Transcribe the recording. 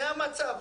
זה המצב.